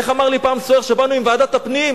איך אמר לי פעם סוהר כשבאנו עם ועדת הפנים,